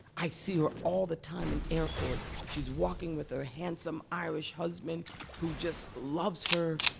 i see her all the time in airports. she's walking with her handsome, irish husband who just loves her.